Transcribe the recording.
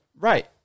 Right